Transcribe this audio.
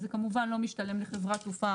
זה כמובן לא משתלם לחברת תעופה,